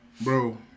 Bro